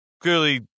clearly